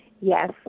yes